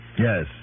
Yes